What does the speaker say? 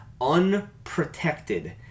unprotected